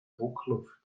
druckluft